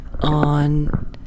On